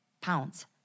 pounds